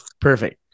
perfect